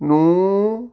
ਨੂੰ